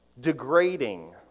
degrading